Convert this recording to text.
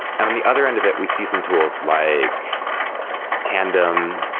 and on the other end of it we see some tools like tandem,